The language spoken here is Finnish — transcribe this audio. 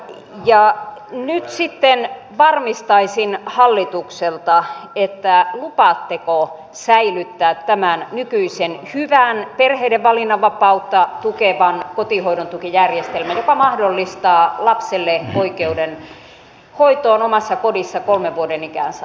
nyt sitten varmistaisin hallitukselta lupaatteko säilyttää tämän nykyisen hyvän perheiden valinnanvapautta tukevan kotihoidon tukijärjestelmän joka mahdollistaa lapselle oikeuden hoitoon omassa kodissa kolmen vuoden ikään saakka